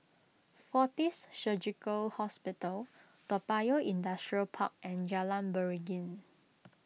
fortis Surgical Hospital Toa Payoh Industrial Park and Jalan Beringin